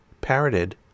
parroted